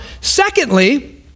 secondly